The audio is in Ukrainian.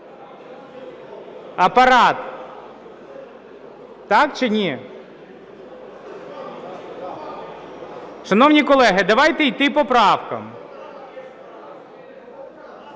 Апарат, так чи ні? Шановні колеги, давайте йти по правкам.